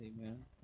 Amen